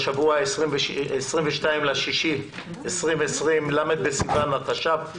ל' בסיון התש"ף,